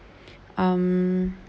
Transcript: um